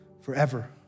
Forever